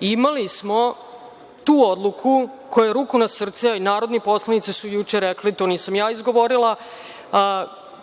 Imali smo tu odluku koja, ruku na srce, narodni poslanici su to juče rekli, to nisam ja izgovorila,